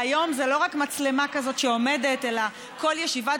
והיום זה לא רק מצלמה כזאת שעומדת אלא כל ישיבת